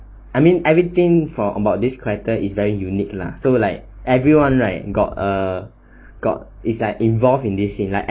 I mean everything about about this character is very unique lah so like everyone right got uh is like got involved in this scenes right